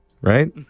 right